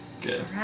good